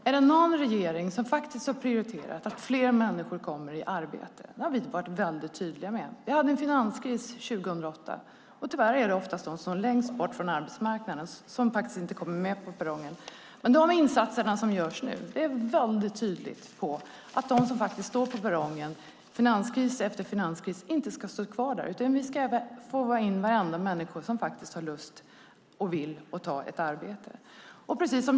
Är det någon regering som har prioriterat att fler människor kommer i arbete så är det den här. Vi hade en finanskris 2008. Tyvärr är det ofta de som står längst bort från arbetsmarknaden som inte kommer med på tåget. De insatser som görs nu är väldigt tydliga med att de som står på perrongen finanskris efter finanskris inte ska stå kvar där, utan vi ska håva in varenda människa som vill ta ett arbete.